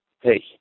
Hey